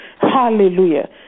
Hallelujah